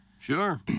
Sure